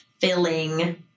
filling